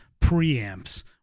preamps